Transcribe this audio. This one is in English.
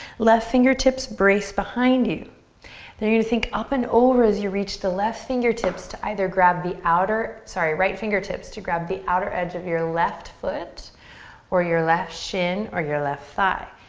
left fingertips brace behind you. then you're gonna think up and over as you reach the left fingertips to either grab the outer, sorry, right fingertips to grab the outer edge of your left foot or your left shin or your left thigh.